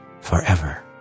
forever